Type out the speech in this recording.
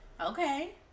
Okay